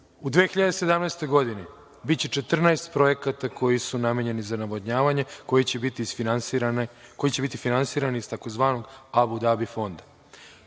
U 2017. godini biće 14 projekata koji su namenjeni za navodnjavanje, koji će biti finansirani iz tzv. Abu Dabi fonda.